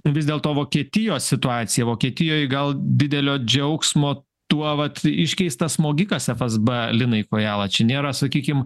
vis dėlto vokietijos situacija vokietijoj gal didelio džiaugsmo tuo vat iškeistas smogikas fsb linai kojala čia nėra sakykim